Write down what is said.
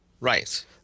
Right